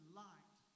light